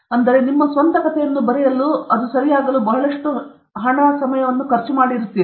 ಅಂದರೆ ನಿಮ್ಮ ಸ್ವಂತ ಕಥೆಯನ್ನು ಬರೆಯಲು ಮತ್ತು ಅದು ಸರಿ ಎಂದು ಬಹಳಷ್ಟು ಹಣವನ್ನು ಖರ್ಚು ಮಾಡುತ್ತದೆ